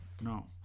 No